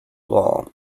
law